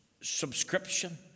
subscription